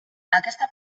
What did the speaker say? aquesta